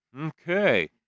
Okay